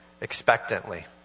expectantly